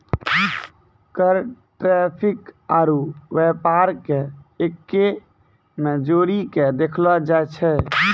कर टैरिफ आरू व्यापार के एक्कै मे जोड़ीके देखलो जाए छै